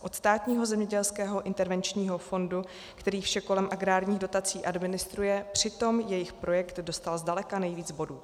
Od Státního zemědělského intervenčního fondu, který vše kolem agrárních dotací administruje, přitom jejich projekt dostal zdaleka nejvíc bodů.